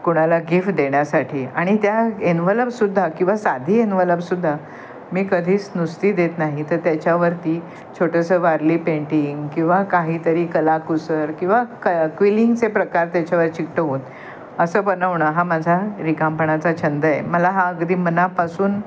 कुणाला गिफ्ट देण्यासाठी आणि त्या एनवलपसुद्धा किंवा साधी एनव्हलपसुद्धा मी कधीच नुसती देत नाही तर त्याच्यावरती छोटंसं वारली पेंटिंग किंवा काहीतरी कलाकुसर किंवा क क्विलिंगचे प्रकार त्याच्यावर चिकटवून असं बनवणं हा माझा रिकामपणाचा छंद आहे मला हा अगदी मनापासून